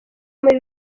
muri